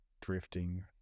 Drifting